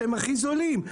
אתם הכי זולים,